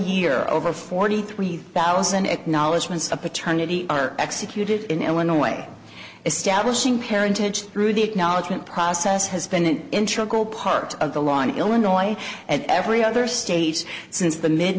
year over forty three thousand acknowledgments of paternity are executed in illinois establishing parentage through the acknowledgement process has been an intra group part of the law in illinois and every other states since the mid